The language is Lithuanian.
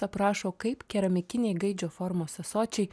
aprašo kaip keramikiniai gaidžio formos ąsočiai